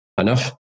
enough